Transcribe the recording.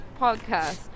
podcast